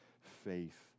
faith